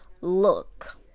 look